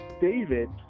David